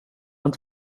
inte